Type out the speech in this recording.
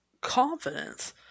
confidence